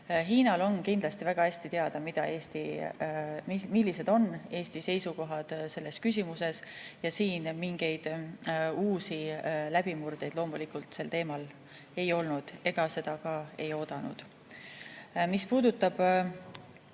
Hiinal on kindlasti väga hästi teada, millised on Eesti seisukohad selles küsimuses, ja mingeid uusi läbimurdeid loomulikult sel teemal ei olnud. Ega [ma] seda ka ei oodanud. Mis puudutab